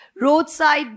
roadside